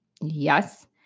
Yes